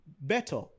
better